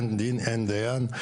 אין דין ואין דיין,